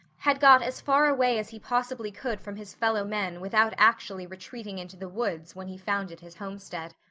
had got as far away as he possibly could from his fellow men without actually retreating into the woods when he founded his homestead.